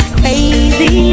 crazy